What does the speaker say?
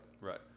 Right